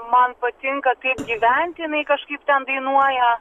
man patinka kaip gyvent jinai kažkaip ten dainuoja